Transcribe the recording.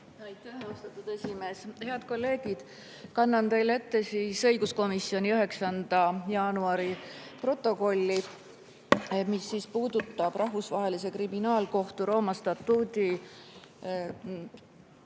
Aitäh, austatud esimees! Head kolleegid! Kannan teile ette õiguskomisjoni 9. jaanuari protokolli, mis puudutab Rahvusvahelise Kriminaalkohtu Rooma statuudi